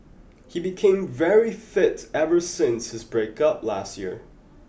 he became very fit ever since his breakup last year